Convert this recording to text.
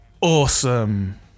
Awesome